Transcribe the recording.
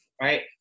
right